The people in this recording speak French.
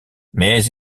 mais